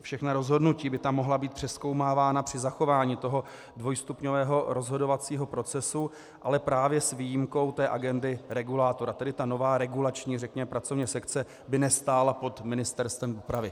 Všechna rozhodnutí by mohla být přezkoumávána při zachování dvojstupňového rozhodovacího procesu, ale právě s výjimkou té agendy regulátora, tedy ta nová regulační, řekněme pracovní sekce by nestála pod Ministerstvem dopravy.